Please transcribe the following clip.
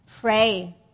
Pray